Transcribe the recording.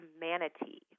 manatee